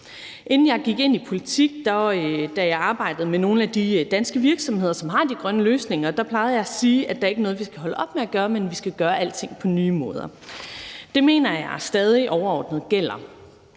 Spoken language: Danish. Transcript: Inden jeg gik ind i politik, da jeg arbejdede med nogle af de danske virksomheder, som har de grønne løsninger, plejede jeg at sige, at der ikke er noget, vi skal holde op med at gøre, men at vi skal gøre alting på nye måder. Det mener jeg stadig gælder